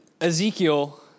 Ezekiel